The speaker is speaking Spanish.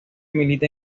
milita